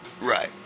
Right